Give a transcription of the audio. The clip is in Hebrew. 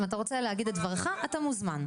אם אתה רוצה להגיד את דברך אתה מוזמן.